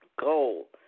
goal